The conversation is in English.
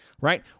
right